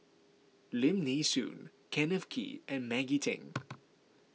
Lim Nee Soon Kenneth Kee and Maggie Teng